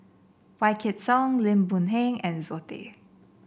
Wykidd Song Lim Boon Heng and Zoe Tay